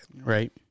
Right